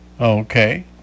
Okay